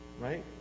Right